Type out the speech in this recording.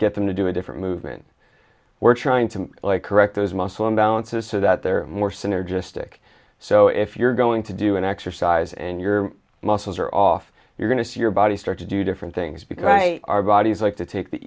get them to do a different movement we're trying to correct those muscle imbalances so that they're more synergistic so if you're going to do an exercise and your muscles are off you're going to see your body start to do different things because i our bodies like to take the